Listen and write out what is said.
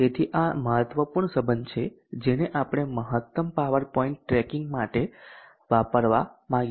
તેથી આ મહત્ત્વપૂર્ણ સંબધ છે જેને આપણે મહત્તમ પાવર પોઇન્ટ ટ્રેકિંગ માટે વાપરવા માંગીએ છીએ